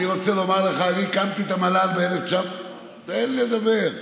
אני רוצה לומר לך: אני הקמתי את המל"ל, תן לדבר.